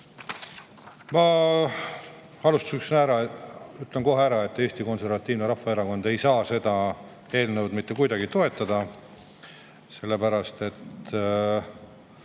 alustuseks kohe ära, et Eesti Konservatiivne Rahvaerakond ei saa seda eelnõu mitte kuidagi toetada, sellepärast et